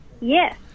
Yes